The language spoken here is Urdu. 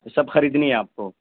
سب خریدنی ہے آپ کو